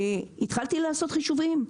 התחלתי לעשות חישובים,